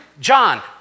John